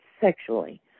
sexually